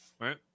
right